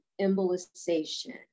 embolization